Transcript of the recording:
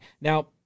Now